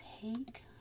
take